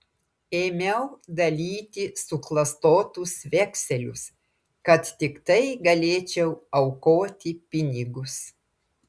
ėmiau dalyti suklastotus vekselius kad tiktai galėčiau aukoti pinigus